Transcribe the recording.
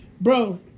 bro